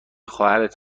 خواهرت